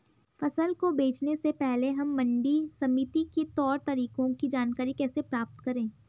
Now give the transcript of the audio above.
फसल को बेचने से पहले हम मंडी समिति के तौर तरीकों की जानकारी कैसे प्राप्त करें?